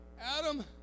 Adam